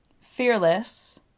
fearless